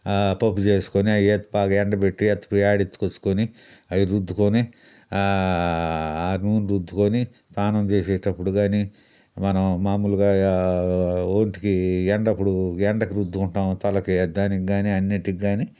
పప్పు చేసుకోని అయ్యెత్తకపోయి ఎండబెట్టి అయ్యెత్తకపోయి ఆడించొచ్చుకొని అయి రుద్దుకొని ఆ నూనె రుద్దుకొని స్నానం చేసేటప్పుడు కానీ మనం మాములుగా ఒంటికి ఎండప్పుడు ఎండకు రుద్దుకుంటాం తలకి దానిగ్గాని అన్నిటిగ్గాని